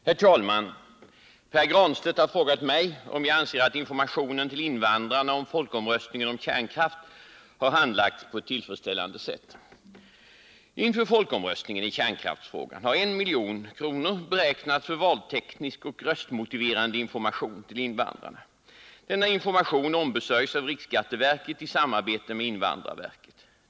Herr talman! Pär Granstedt har frågat mig om jag anser att informationen till invandrarna om folkomröstningen om kärnkraft har handlagts på ett tillfredsställande sätt. Inför folkomröstningen i kärnkraftsfrågan har 1 milj.kr. beräknats för valteknisk och röstmotiverande information till invandrarna. Denna information ombesörjs av riksskatteverket i samarbete med invandrarverket.